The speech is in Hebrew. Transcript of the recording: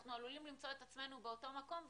אנחנו עלולים למצוא את עצמנו באותו מקום,